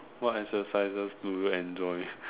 what exercises do you enjoy